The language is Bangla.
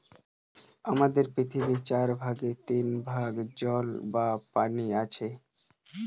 আমাদের পৃথিবীর চার ভাগের তিন ভাগ জল বা পানি আছে